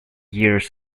years